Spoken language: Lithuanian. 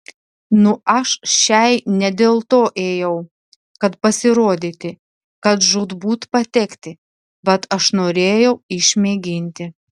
nu aš šiai ne dėl to ėjau kad pasirodyti kad žūtbūt patekti vat aš norėjau išmėginti